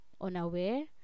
unaware